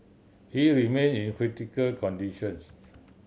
he remain in critical conditions